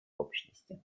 общности